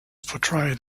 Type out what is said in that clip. portrayed